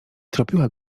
tropiła